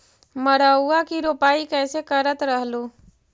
मड़उआ की रोपाई कैसे करत रहलू?